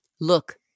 Look